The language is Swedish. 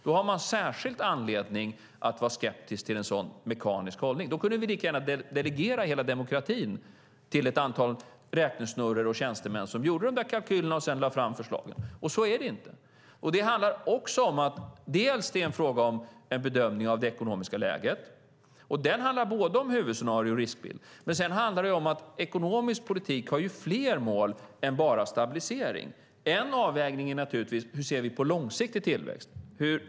Då har man en särskild anledning att vara skeptisk till en sådan mekanisk hållning. I sådana fall skulle vi lika gärna kunna delegera hela demokratin till ett antal räknesnurror och tjänstemän som gör de där kalkylerna och sedan lägger fram förslagen. Så är det inte. Det är fråga om en bedömning av det ekonomiska läget, och den handlar både om huvudscenario och om riskbild. Sedan handlar det också om att ekonomisk politik har fler mål än bara stabilisering. En avvägning är naturligtvis hur vi ser på långsiktig tillväxt.